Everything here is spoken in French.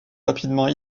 rapidement